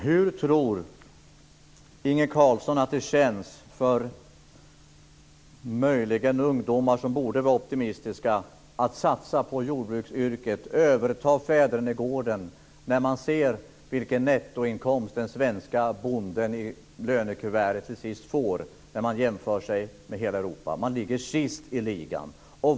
Fru talman! Hur tror Inge Carlsson att det känns för ungdomar, som borde vara optimistiska, att satsa på jordbruksyrket och överta fädernegården när man ser vilken nettoinkomst den svenske bonden får i lönekuvertet, jämfört med övriga Europa? Man ligger sist i ligan.